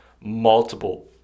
multiple